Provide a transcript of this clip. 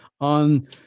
on